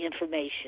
information